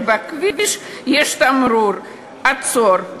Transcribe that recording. ובכביש יש תמרור "עצור",